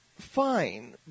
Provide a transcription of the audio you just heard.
Fine